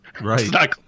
Right